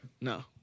No